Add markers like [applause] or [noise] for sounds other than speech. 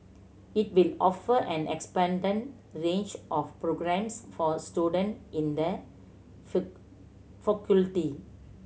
it will offer an expanded range of programmes for student in the [unintelligible] faculty